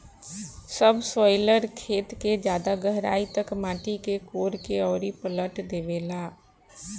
subsoiler खेत के ज्यादा गहराई तक माटी के कोड़ के अउरी पलट देवेला